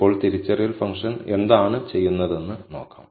ഇപ്പോൾ തിരിച്ചറിയൽ ഫംഗ്ഷൻ എന്താണ് ചെയ്യുന്നതെന്ന് നോക്കാം